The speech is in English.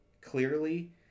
clearly